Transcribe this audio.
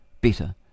better